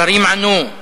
שרים ענו,